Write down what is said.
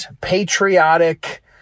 patriotic